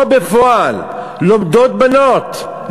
פה בפועל לומדות בנות,